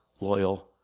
loyal